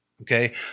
okay